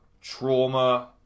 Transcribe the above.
trauma